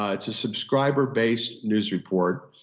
um it's a subscriber-based news report.